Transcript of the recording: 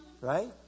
right